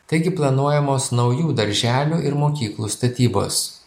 taigi planuojamos naujų darželių ir mokyklų statybos